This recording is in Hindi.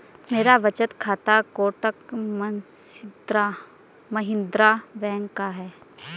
मेरा बचत खाता कोटक महिंद्रा बैंक का है